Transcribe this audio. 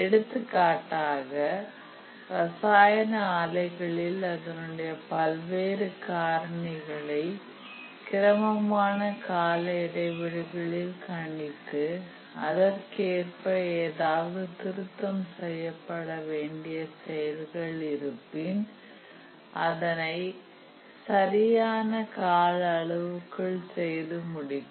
எடுத்துக்காட்டாக ரசாயன ஆலைகளில் அதனுடைய பல்வேறு காரணிகளை கிரமமான கால இடைவெளிகளில் கணித்து அதற்கேற்ப ஏதாவது திருத்தம் செய்யப்பட வேண்டிய செயல்கள் ஏதாவது இருப்பின் அதை சரியான கால அளவுக்குள் செய்து முடிக்கும்